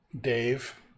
Dave